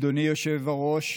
אדוני היושב-ראש,